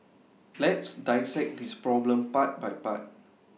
let's dissect this problem part by part